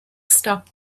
stopped